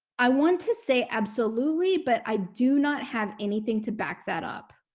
i want to say absolutely but i do not have anything to back that up.